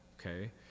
okay